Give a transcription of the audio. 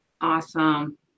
Awesome